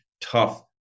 tough